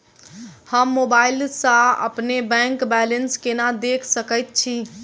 हम मोबाइल सा अपने बैंक बैलेंस केना देख सकैत छी?